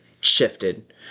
shifted